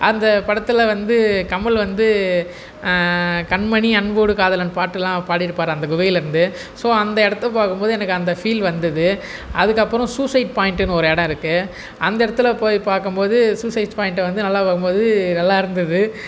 அந்த படத்தில் வந்து கமல் வந்து கண்மணி அன்போடு காதலன் பாட்டுலாம் பாடி இருப்பார் அந்த குகையில் இருந்து ஸோ அந்த இடத்த பார்க்கும் போது எனக்கு அந்த ஃபீல் வந்துது அதுக்கப்புறம் சூசைட் பாயிண்ட்டு ஒரு இடம் இருக்கு அந்த இடத்துல போய் பார்க்கும் போது சூசைட் பாயிண்ட்டு வந்து நல்லா பார்க்கும் போது நல்லா இருந்துது